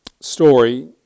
story